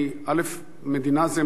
מדינה זה מונח מאוד כללי.